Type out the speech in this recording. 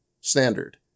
standard